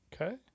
Okay